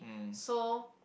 so